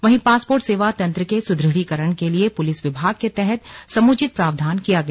वहीं पासपोर्ट सेवा तंत्र के सुदृढ़ीकरण के लिए पुलिस विभाग के तहत समुचित प्रावधान किया गया